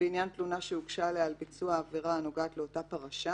בעניין תלונה שהוגשה אליה על ביצוע עבירה הנוגעת לאותה פרשה,